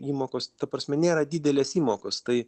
įmokos ta prasme nėra didelės įmokos tai